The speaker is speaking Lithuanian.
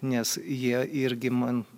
nes jie irgi man